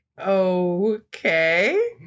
Okay